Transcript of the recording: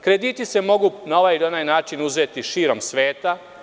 Krediti se mogu na ovaj ili onaj način uzeti širom sveta.